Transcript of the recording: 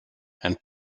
and